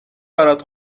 برات